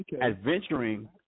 Adventuring